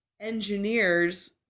engineers